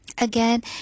Again